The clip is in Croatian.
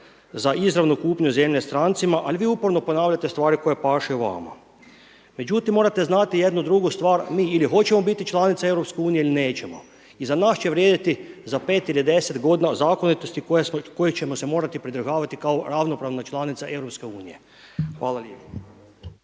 za izravnu kupnju zemlje strancima ali vi uporno ponavljate stvari koje pašu vama. Međutim, morate znati jednu drugu stvar mi ili hoćemo biti članica EU ili nećemo i za nas će vrijediti za 5 ili 10 godina zakonitosti kojih ćemo se morati pridržavati kao ravnopravna članica EU. Hvala lijepo.